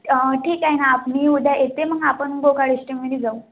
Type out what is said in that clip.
ठीक आहे ना आपली उद्या येते मग आपण बोकाळ इष्टीमदे जाऊ